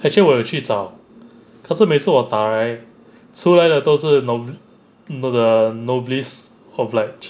actually 我有去找可是每次我打 right 出来的都是 nob~ you know the noblesse oblige